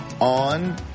on